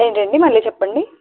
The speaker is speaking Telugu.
ఏంటండి మళ్ళీ చెప్పండి